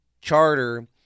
charter